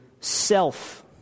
self